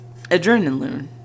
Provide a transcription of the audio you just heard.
Adrenaline